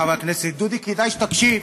חבריי חברי הכנסת דודי, כדאי שתקשיב.